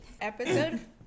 Episode